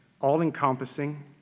all-encompassing